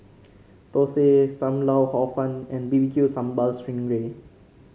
thosai Sam Lau Hor Fun and B B Q Sambal Sting Ray